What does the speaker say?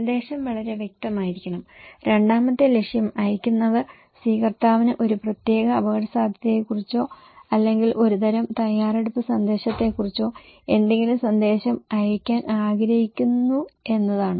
സന്ദേശം വളരെ വ്യക്തമായിരിക്കണം രണ്ടാമത്തെ ലക്ഷ്യം അയയ്ക്കുന്നവർ സ്വീകർത്താവിന് ഒരു പ്രത്യേക അപകടസാധ്യതയെക്കുറിച്ചോ അല്ലെങ്കിൽ ഒരുതരം തയ്യാറെടുപ്പ് സന്ദേശത്തെക്കുറിച്ചോ എന്തെങ്കിലും സന്ദേശം അയയ്ക്കാൻ ആഗ്രഹിക്കുന്നു എന്നതാണ്